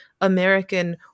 American